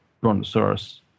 Brontosaurus